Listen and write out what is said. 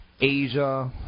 asia